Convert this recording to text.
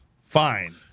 fine